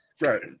right